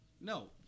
No